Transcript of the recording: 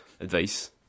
advice